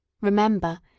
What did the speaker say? Remember